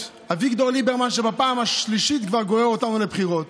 האמיתיים" בפרפרזה